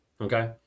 okay